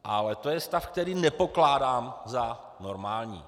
Ale to je stav, který nepokládám za normální.